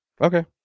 Okay